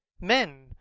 Men